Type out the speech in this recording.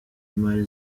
imari